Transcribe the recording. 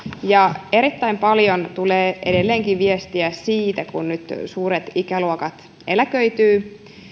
erittäin paljon tulee edelleenkin viestiä siitä kun nyt suuret ikäluokat eläköityvät